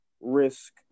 risk